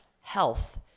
Health